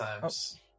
times